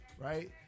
right